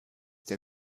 der